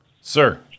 Sir